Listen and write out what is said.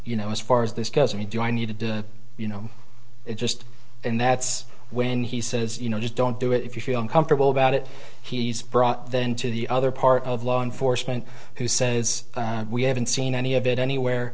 you know as far as this goes i mean do i need to do you know it just and that's when he says you know just don't do it if you feel uncomfortable about it he's brought then to the other part of law enforcement who says we haven't seen any of it anywhere